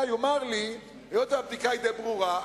יאמר לי: היות שהבדיקה היא די ברורה,